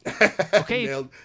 Okay